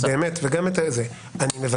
אני מבקש שאלות קצרות.